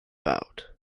out